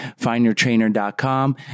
findyourtrainer.com